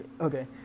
okay